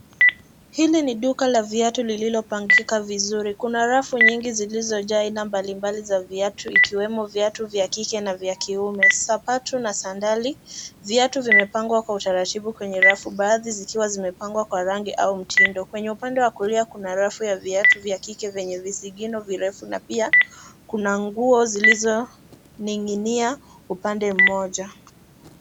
Hili ni duka la viatu lililopangika vizuri. Kuna rafu nyingi zilizojaa aina mbalimbali za viatu ikiwemo viatu vya kike na vya kiume, sapatu na sandail. Viatu vimepangwa kwa utaratibu, baadhi zikiwa zimepangwa kwa rafu au mtindo. Kwenye upande wa kulia kuna rafu ya viatu vya kike vyenye visigino virefu. Na pia kuna nguo zilizoning'inia upande mmoja.